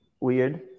weird